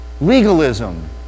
Legalism